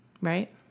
Right